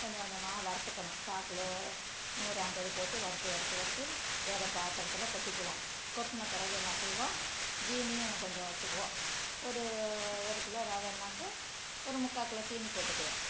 கொஞ்சம் கொஞ்சமாக வறுத்துக்கணும் கால் கிலோ நூறு ஐம்பது போட்டு வறுத்து வறுத்து வறுத்து வேற பாத்திரத்தில் கொட்டிக்குவோம் கொட்டின பிறகு என்ன செய்வோம் ஜீனியும் கொஞ்சம் வச்சுக்குவோம் ஒரு ஒரு கிலோ ரவைனாக்க ஒரு முக்கால் கிலோ சீனி போட்டுக்குவேன்